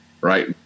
right